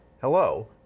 hello